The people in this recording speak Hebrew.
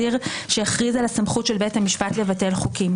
שהכריז על הסמכות של בית המשפט לבטל חוקים.